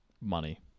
money